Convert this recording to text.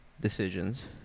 decisions